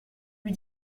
lui